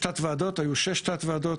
היו שש תתי-ועדות,